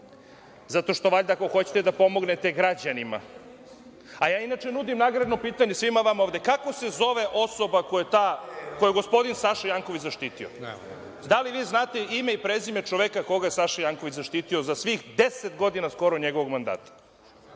zato što valjda ako hoćete da pomognete građanima, a ja inače nudim nagradno pitanje svima vama ovde, kako se zove osoba koju je gospodin Saša Janković zaštitio? Da li vi znate ime i prezime čoveka koga je Saša Janković zaštitio za svih deset godina skoro njegovog mandata?